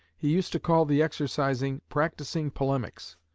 he used to call the exercising practicing polemics.